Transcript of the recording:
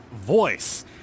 voice